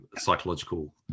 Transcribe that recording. psychological